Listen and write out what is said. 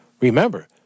Remember